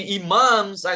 imams